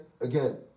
again